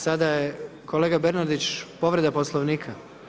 Sada je kolega Bernardić, povreda poslovnika?